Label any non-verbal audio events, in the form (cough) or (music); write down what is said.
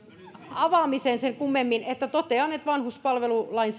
avaamiseen sen kummemmin että vanhuspalvelulain (unintelligible)